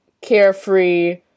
Carefree